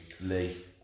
Lee